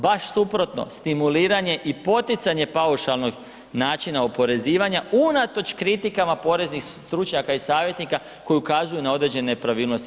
Baš suprotno, stimuliranje i poticanje paušalnog načina oporezivanja unatoč kritikama poreznih stručnjaka i savjetnika koji ukazuju na određene nepravilnosti.